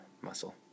muscle